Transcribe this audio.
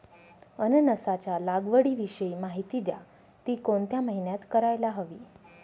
अननसाच्या लागवडीविषयी माहिती द्या, ति कोणत्या महिन्यात करायला हवी?